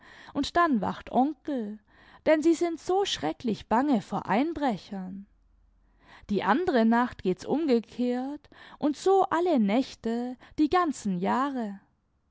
und dann wacht onkel denn sie sind so schrecklich bange vor einbrechern die andere nacht geht's umgekehrt und so alle nächte die ganzen jahre